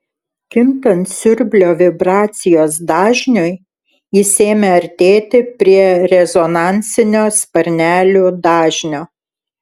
kintant siurblio vibracijos dažniui jis ėmė artėti prie rezonansinio sparnelių dažnio